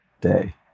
day